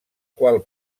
qual